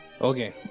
Okay